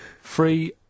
Free